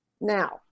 Now